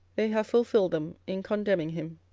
they have fulfilled them in condemning him.